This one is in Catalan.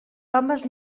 homes